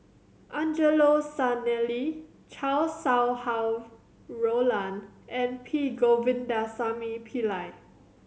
Angelo Sanelli Chow Sau Hai Roland and P Govindasamy Pillai